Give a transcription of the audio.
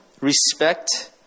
respect